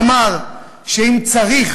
אמר שאם צריך